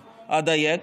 אדייק,